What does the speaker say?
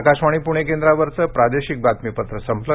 आकाशवाणी पुणे केंद्रावरचं प्रादेशिक बातमीपत्र संपलं